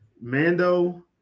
Mando